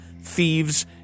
thieves